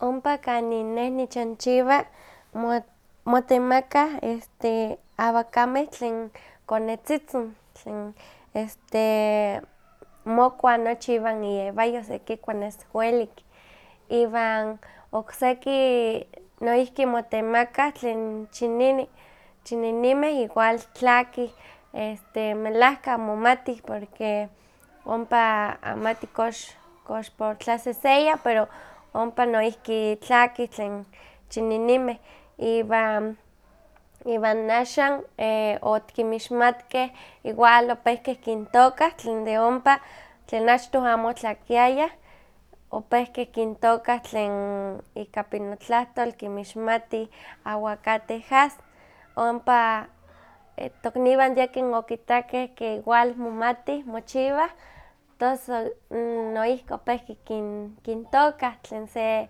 Ompa kanin nech nichanchiwa mo motemakah este awakameh tlen konetzitzin, tlen este mokua nochi iwan iewayo sekikua nes welik, iwan okseki noihki motemakah tlen chinini, chininimeh igual tlaakih, melahka momatih porque ompa amati kox por tlaseseya pero ompa noihki tlakih tlen chininimeh, iwan iwan axan e otikinmixmatkeh igual ompehken kintoka tlen de ompa tlen achtoh amo otlakiayah opehkeh kintookah tlen ika pinotlahtol kinmixmatih aguacate jaz, ompa tokniwan yekin okitakeh ke igual momatih mochiwah, tos noihki o¿opehki kintokah tlen se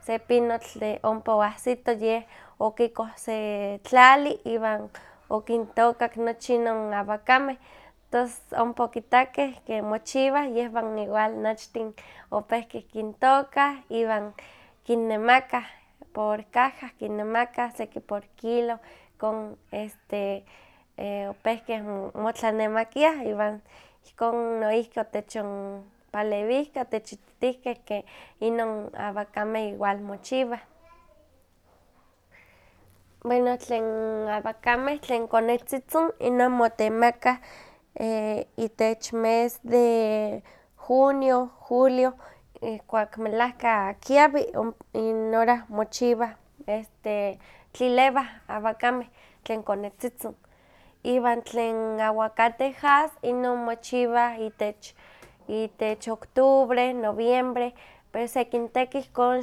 se pinotl ompa oahsito yeh okikoh se tlali, iwan okintookak nochi inon awakameh, tos ompa okitakeh ke mochiwah, yehwan igual nochtin opehkeh kintokah, iwan kinemakah por caja, kinnemakah seki por kilo ihkon este e- opehken motlanemakiah iwan ihkon noihki otechonpalewihkeh otechititihkeh ke inon awakameh igual mochiwah. Bueno tlen awakameh tlen konetzitzin inon motemakah itech mes de junio, julio, ihkuak melahka kiawi, inon hora mochiwah, tlilewah awakameh tlen konetzitzin, iwan tlen aguacate jaz inon mochiwa itech itech octubre, noviembre, pues sekinteki ihkon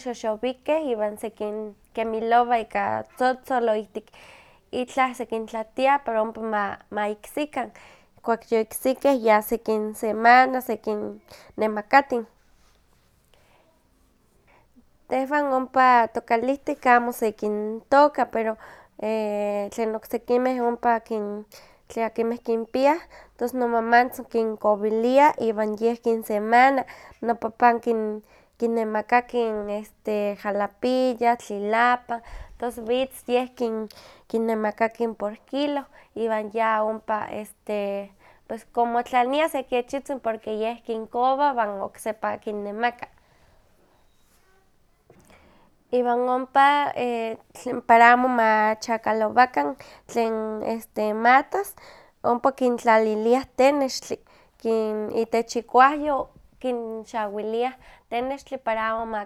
xoxowikeh iwan sekinkemilowa ika tzotzol, o ihktik itlah sekintlatia par aompa ma ma iksikan. Ihkuak yoiksikeh ya sekinsemana, sekinnemakatin. Tehwan ompa tokalihtik amo sekintoka, pero e- tlen oksekimeh ompa kin tlen akinmeh koinpiah tos nomamantzin kinkowilia iwan yeh kinsemana, nopanan kinemakakin jalapilla, tlilapan, tos witz yeh kin kin nemakatin por kilo iwan ya ompa este ihkon konmotlaniah se kechkitzin porque yeh kinkoowa iwan oksepa kinnemaka. Iwan ompa e tlen para amo ma chakalowakan matas ompa kintlaliliah tenexli, kin itech ikuawyo kinxawiliah tenextli, para amo ma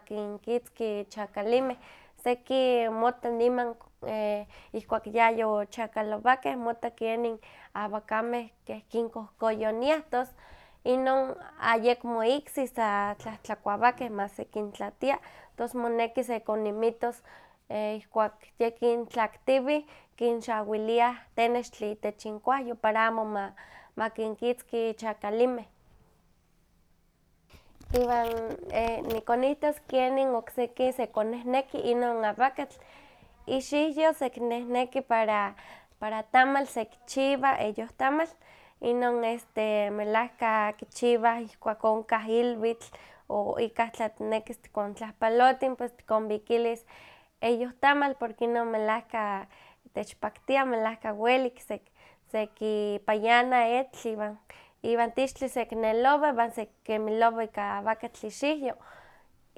kinkitzki chakalimeh, seki mota niman ihkuak yayochakalowakeh mota kenin awakameh kinkohkoyoniah inon ayekmo iksi, sa tlahtlakuawakeh mas sekintlatia tos moneki sekoninmitos ihkuak yekin tlaktiwih, kinxawiliah tenextli itech inkuawyo para amo ma makinkitzki chakalimeh. Iwan e nikonihtos kenin okseki sekonkehneki inon awakatl, ixiwyo sekinehneki para tamal sekichiwa, eyohtamal, inon este melahka kichiwah ihkuak onkah ilwitl, o ikah tla tiknekis tikontlahpalotin pues tikonwilikis eyohtamal, porque inon techpaktia melahka welik, seki sekipayana etl iwan tixtli sekinelowa iwan sekikimilowa iwan awakatl ixiwyo.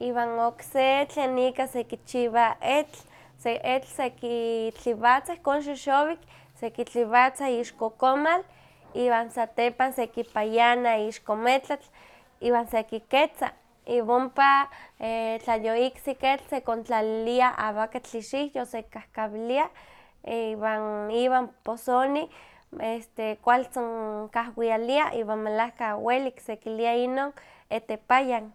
Iwan okse tlen ika sekichiwa etl, etl sekitliwatza ihkon xoxowik, sekitliwatza ixko komal, iwan satepan sekipayana ixko metlatl iwan sekiketza, iwan ompa tla yoiksik etl, sekitlalilia awakatl ixiwyo sekikahkawilia, iwan iwa posini este kualtzin kahwialia iwan melahka welik sekilia inon etepayank.